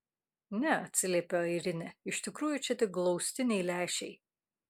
ne atsiliepia airinė iš tikrųjų čia tik glaustiniai lęšiai